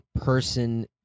person